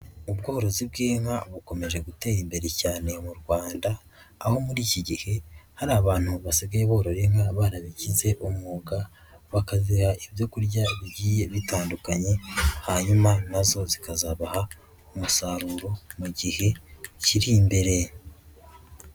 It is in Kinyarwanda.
Ubworozi bw'inka bukomeje gutera imbere cyane mu Rwanda, aho muri iki gihe hari abantu basigaye borora inka barabigize umwuga, bakaziha ibyo kurya bigiye bitandukanye, hanyuma na zo zikazabaha umusaruro mu gihe kiri imbere.